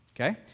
okay